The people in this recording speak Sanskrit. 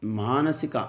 मानसिकं